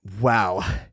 wow